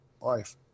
life